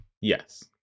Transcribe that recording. Yes